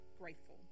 grateful